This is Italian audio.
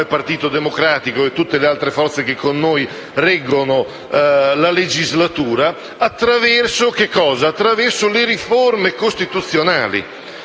come Partito Democratico, insieme a tutte le altre forze che con noi reggono la legislatura, attraverso le riforme costituzionali.